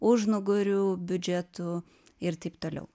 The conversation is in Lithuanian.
užnugarių biudžetų ir taip toliau